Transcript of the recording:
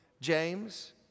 James